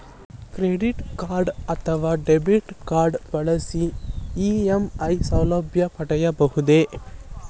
Credit card ಅಥವಾ debit card ಬಳಸಿ EMI ಸೌಲಭ್ಯ ಪಡೆಯಬಹುದೇ?